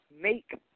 make